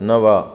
नव